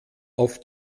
auf